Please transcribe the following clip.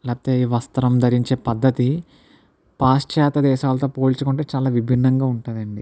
లేకపొతే ఈ వస్త్రం ధరించే పద్ధతి పాశ్చాత్య దేశాలతో పోల్చుకుంటే చాలా విభిన్నంగా ఉంటుంది అండి